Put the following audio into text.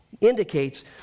indicates